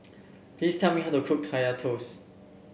please tell me how to cook Kaya Toast